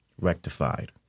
rectified